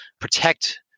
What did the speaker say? protect